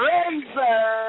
Razor